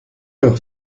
heure